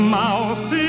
mouth